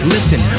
Listen